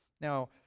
Now